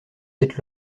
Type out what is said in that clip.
cette